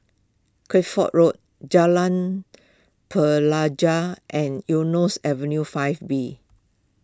Kueh ford Road Jalan Pelajau and Eunos Avenue five B